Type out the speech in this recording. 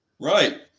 Right